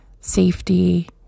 safety